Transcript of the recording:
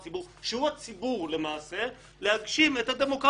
בצלאל, תשתדל קצר, להשאיר גם לאחרים.